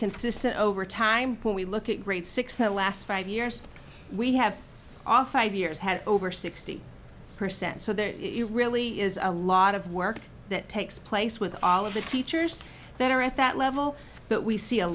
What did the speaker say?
consistent over time when we look at grade six the last five years we have off i've years had over sixty percent so there really is a lot of work that takes place with all of the teachers that are at that level but we see a